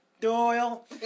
Doyle